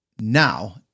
now